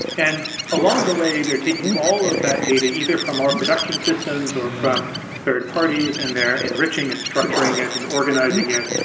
and along the way, they're taking all of that data either for more production systems or from third parties and they're enriching and structuring it and organizing it,